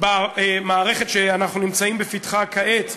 במערכת שאנחנו נמצאים בפתחה כעת,